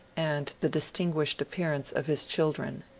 and the dis tinguished appearance of his children.